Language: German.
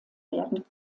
werden